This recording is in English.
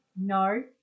No